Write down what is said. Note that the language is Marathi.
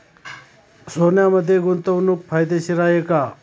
सोन्यामध्ये गुंतवणूक फायदेशीर आहे का?